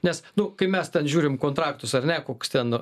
nes nu kai mes žiūrim kontraktus ar ne koks ten